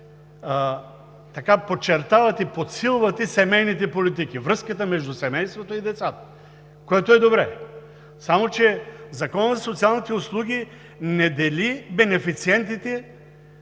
така подчертавате, подсилвате семейните политики, връзката между семейството и децата, което е добре. Само че Законът за социалните услуги не дели бенефициентите